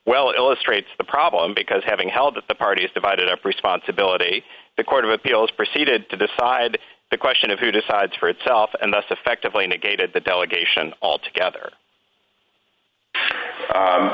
well illustrates the problem because having held that the party is divided up responsibility the court of appeals proceeded to decide the question of who decides for itself and thus effectively negated the delegation altogether